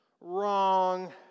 Wrong